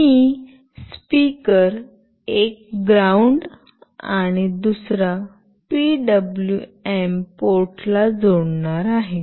मी speaker एक ground आणि दुसरा पीडब्लूएम पोर्टला जोडणार आहे